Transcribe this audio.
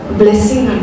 blessing